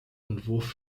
entwurf